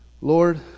Lord